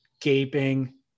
gaping